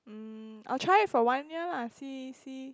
mm I'll try it for one year lah see see